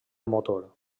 motor